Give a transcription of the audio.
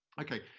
okay,